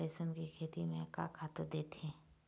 लेसुन के खेती म का खातू देथे?